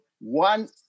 one